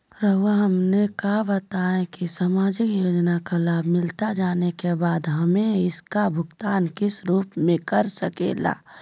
रहुआ हमने का बताएं की समाजिक योजना का लाभ मिलता जाने के बाद हमें इसका भुगतान किस रूप में कर सके ला?